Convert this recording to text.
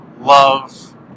Love